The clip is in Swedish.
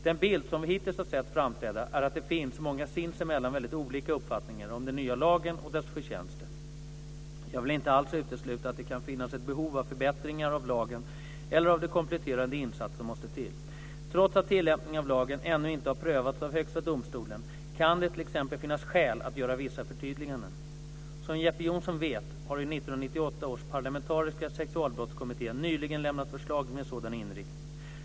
Den bild som vi hittills har sett framträda är att det finns många, sinsemellan väldigt olika, uppfattningar om den nya lagen och dess förtjänster. Jag vill inte alls utesluta att det kan finnas ett behov av förbättringar av lagen eller av de kompletterande insatser som måste till. Trots att tillämpningen av lagen ännu inte har prövats av Högsta domstolen kan det t.ex. finnas skäl att göra vissa förtydliganden. Som Jeppe Johnsson vet har ju 1998 års parlamentariska Sexualbrottskommitté nyligen lämnat förslag med sådan inriktning.